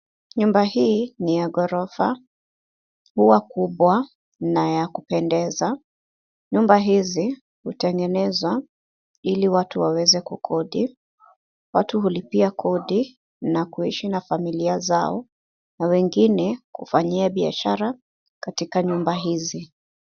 Nyumba hii ni ya ghorofa, huwa kubwa na ya kupendeza. Nyumba hizi hutengenezwa ili watu waweze kukodi. Watu hulipia kodi na kuishi na familia zao na wengine kufanyia biashara katika nyumba hizi.